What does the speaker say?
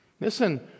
listen